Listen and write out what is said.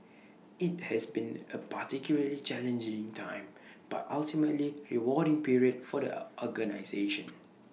IT has been A particularly challenging time but ultimately rewarding period for the organisation